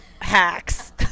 hacks